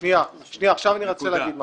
שנייה, אני רוצה להגיד משהו.